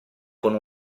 con